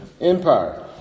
empire